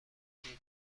پیر